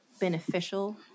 beneficial